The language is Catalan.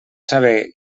saber